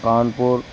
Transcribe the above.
Kanpur